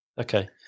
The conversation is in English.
Okay